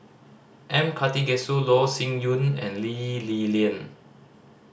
M Karthigesu Loh Sin Yun and Lee Li Lian